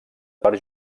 per